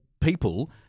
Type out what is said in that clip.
people